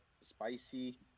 spicy